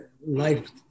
life